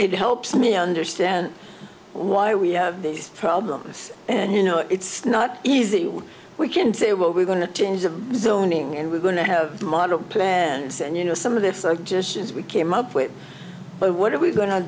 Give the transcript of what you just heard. it helps me understand why we have these problems and you know it's not easy when we can say well we're going to change the zoning and we're going to have modeled plans and you know some of this just as we came up with but what are we go